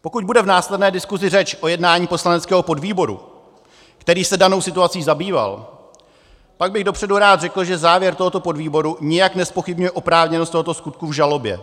Pokud bude v následné diskusi řeč o jednání poslaneckého podvýboru, který se danou situací zabýval, tak bych dopředu rád řekl, že závěr tohoto podvýboru nijak nezpochybňuje oprávněnost tohoto skutku v žalobě.